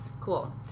Cool